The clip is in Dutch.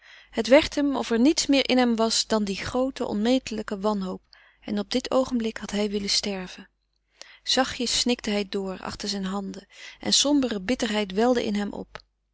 het werd hem of er niets meer in hem was dan die groote onmetelijke wanhoop en op dit oogenblik had hij willen sterven zachtjes snikte hij door achter zijne handen en sombere bitterheid welde in hem op